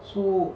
so